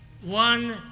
one